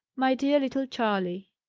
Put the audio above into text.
my dear little charley,